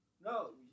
No